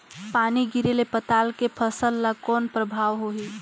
पानी गिरे ले पताल के फसल ल कौन प्रभाव होही?